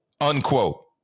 Unquote